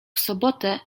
sobotę